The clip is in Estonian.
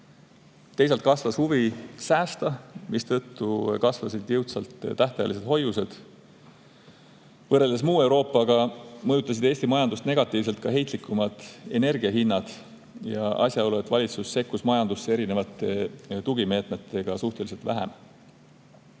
Teisalt kasvas huvi säästa, mistõttu kasvasid jõudsalt tähtajalised hoiused. Võrreldes [teiste] Euroopa [riikide majandustega] mõjutasid Eesti majandust negatiivselt ka heitlikumad energia hinnad ja asjaolu, et valitsus sekkus majandusse erinevate tugimeetmetega suhteliselt vähe.